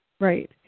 Right